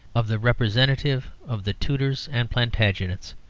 of the representative of the tudors and plantagenets.